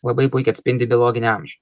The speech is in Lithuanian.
labai puikiai atspindi biologinį amžių